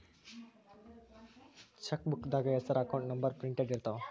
ಚೆಕ್ಬೂಕ್ದಾಗ ಹೆಸರ account number printed ಇರ್ತಾವ